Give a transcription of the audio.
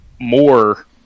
more